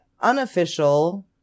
unofficial